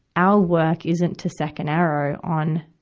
our work isn't to second-arrow on,